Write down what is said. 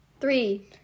Three